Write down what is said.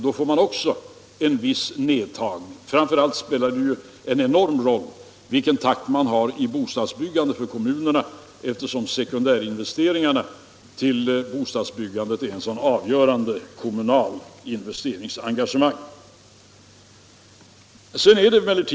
Då får man också en viss nedtagning. Framför allt spelar det en enorm roll för kommunerna vilken takt man har i bostadsbyggandet, eftersom sekundärinvesteringarna till bostadsbyggandet är ett mycket avgörande kommunalt investeringsengagemang.